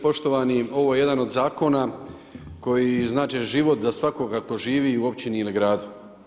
Poštovani, ovo je jedan od zakona koji znači život za svakog tko živi u općini ili gradu.